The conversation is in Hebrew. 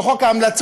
של חוק ההמלצות,